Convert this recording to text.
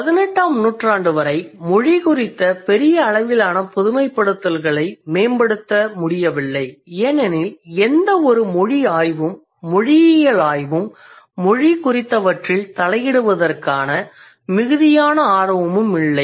18 ஆம் நூற்றாண்டு வரை மொழி குறித்த பெரியளவிலான பொதுமைப்படுத்தல்களை மேம்படுத்த முடியவில்லை ஏனெனில் எந்தவொரு மொழி ஆய்வும் அல்லது மொழியியல் ஆய்வும் அல்லது மொழி குறித்தவற்றில் தலையிடுவதற்கான மிகுதியான ஆர்வமும் இல்லை